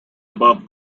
above